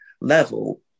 level